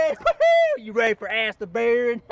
you ready for ask the baron?